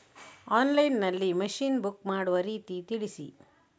Online ನಲ್ಲಿ machine book ಮಾಡುವ ರೀತಿ ತಿಳಿಸಿ?